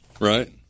right